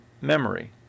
memory